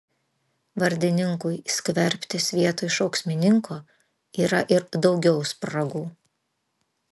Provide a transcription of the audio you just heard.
vardininkui skverbtis vietoj šauksmininko yra ir daugiau spragų